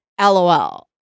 LOL